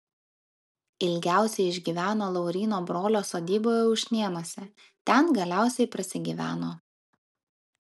ilgiausiai išgyveno lauryno brolio sodyboje ušnėnuose ten galiausiai prasigyveno